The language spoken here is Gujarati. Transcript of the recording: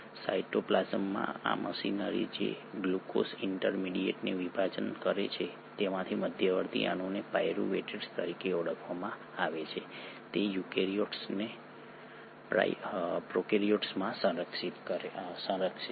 સાયટોપ્લાસમમાં આ મશીનરી જે ગ્લુકોઝ ઇન્ટરમિડિયેટને વિભાજિત કરે છે તેના મધ્યવર્તી અણુને પાયરુવેટ તરીકે ઓળખવામાં આવે છે તે યુકેરીયોટ્સના પ્રોકેરીયોટ્સમાં સંરક્ષિત છે